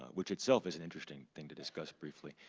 which itself is an interesting thing to discuss briefly,